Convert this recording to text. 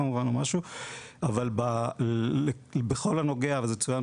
כמובן שבכל הנוגע לשירות